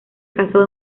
casó